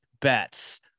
bets